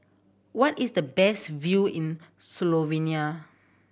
what is the best view in Slovenia